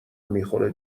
میخوره